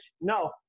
No